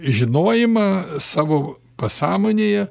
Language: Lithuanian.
žinojimą savo pasąmonėje